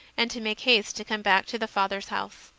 and to make haste to come back to the father s house.